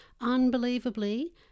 Unbelievably